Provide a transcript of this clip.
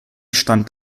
stand